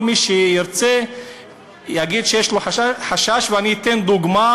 כל מי שירצה יגיד שיש לו חשש, ואני אתן דוגמה: